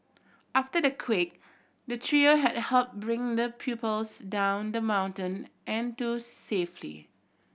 after the quake the trio had helped bring the pupils down the mountain and to safely